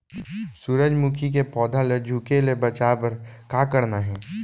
सूरजमुखी के पौधा ला झुके ले बचाए बर का करना हे?